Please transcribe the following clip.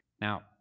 Now